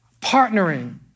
partnering